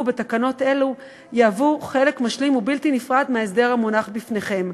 בתקנות אלו יהוו חלק משלים ובלתי נפרד מההסדר המונח בפניכם.